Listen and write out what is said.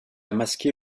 masquer